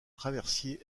traversier